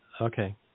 Okay